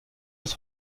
eus